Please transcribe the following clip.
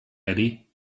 eddie